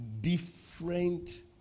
different